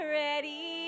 ready